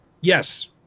Yes